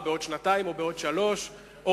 בעוד שנתיים או בעוד שלוש שנים,